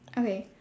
okay